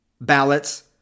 ballots